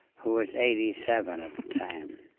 who was eighty seven at the time.